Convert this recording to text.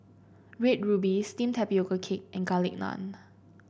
Red Ruby steamed Tapioca Cake and Garlic Naan